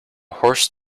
horse